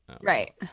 Right